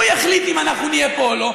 הוא יחליט אם אנחנו נהיה פה או לא.